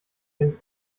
den